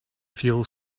feel